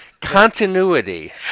Continuity